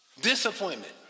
Disappointment